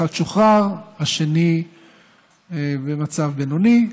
אחד שוחרר, השני במצב בינוני.